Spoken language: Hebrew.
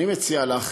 אני מציע לך,